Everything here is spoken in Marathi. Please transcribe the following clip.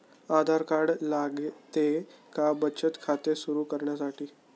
आधार कार्ड लागते का बचत खाते सुरू करण्यासाठी?